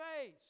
face